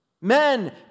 Men